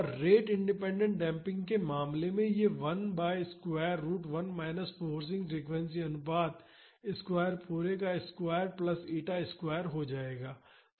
और rate independent damping के मामले में यह 1 by square root 1 minus forcing frequency अनुपात स्क्वायर पूरे का स्क्वायर प्लस ईटा स्क्वायर हो जाएगा